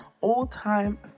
all-time